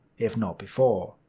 if not before.